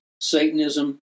Satanism